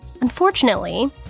Unfortunately